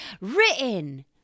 Written